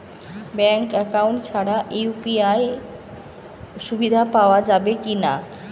Bank account ছাড়া UPI সুবিধা পাওয়া যাবে কি না?